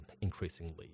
increasingly